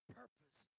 purpose